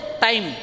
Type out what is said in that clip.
time